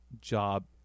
job